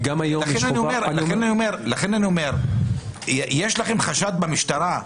לכן אני אומר שיש לכם חשד במשטרה,